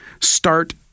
start